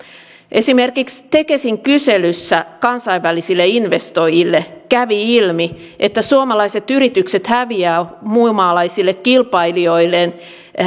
esimerkiksi tekesin kyselyssä kansainvälisille investoijille kävi ilmi että suomalaiset yritykset häviävät muunmaalaisille kilpailijoilleen